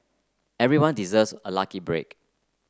everyone deserves a lucky break